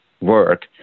work